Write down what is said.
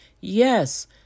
yes